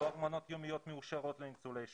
מספר מנות יומיות מאושרות לניצולי שואה,